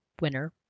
winner